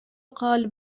قال